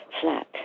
flat